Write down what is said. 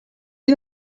ils